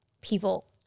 people